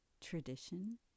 Tradition